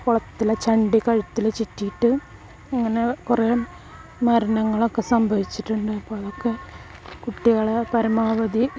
കുളത്തിലെ ചണ്ടി കഴുത്തിൽ ചുറ്റിയിട്ട് അങ്ങനെ കുറേ മരണങ്ങളൊക്കെ സംഭവിച്ചിട്ടുണ്ട് അപ്പോൾ അതൊക്കെ കുട്ടികളെ പരമാവധി